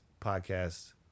podcast